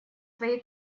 своей